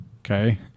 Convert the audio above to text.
Okay